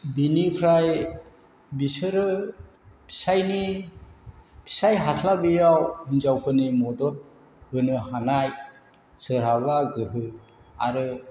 बिनिफ्राय बिसोरो फिसायनि फिसाय हास्लाबिआव हिनजावफोरनि मदद होनो हानाय सोरहाबा गोहो आरो